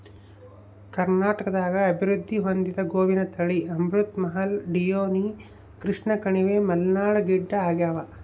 ಕರ್ನಾಟಕದಾಗ ಅಭಿವೃದ್ಧಿ ಹೊಂದಿದ ಗೋವಿನ ತಳಿ ಅಮೃತ್ ಮಹಲ್ ಡಿಯೋನಿ ಕೃಷ್ಣಕಣಿವೆ ಮಲ್ನಾಡ್ ಗಿಡ್ಡಆಗ್ಯಾವ